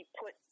put